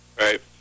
Right